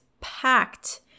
packed